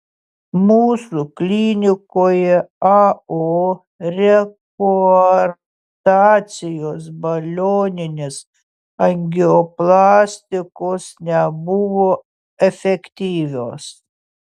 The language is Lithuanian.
mūsų klinikoje ao rekoarktacijos balioninės angioplastikos nebuvo efektyvios